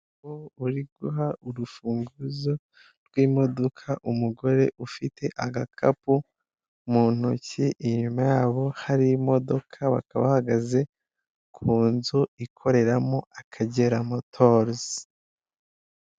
Umugabo uri guha urufunguzo rw'imodoka umugore ufite agakapu mu ntoki, inyuma yabo hari imodoka bakaba bahagaze ku nzu ikoreramo Akagera motors.